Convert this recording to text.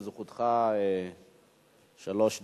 גם לזכותך שלוש דקות.